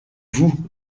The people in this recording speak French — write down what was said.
vous